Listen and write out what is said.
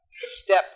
step